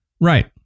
Right